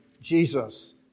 Jesus